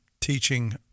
teaching